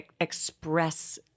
express